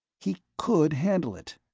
he could handle it.